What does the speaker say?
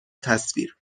تصویر